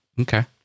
Okay